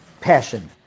passion